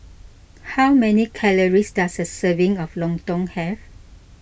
how many calories does a serving of Lontong have